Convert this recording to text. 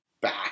back